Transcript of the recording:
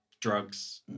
drugs